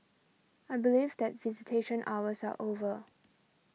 I believe that visitation hours are over